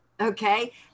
okay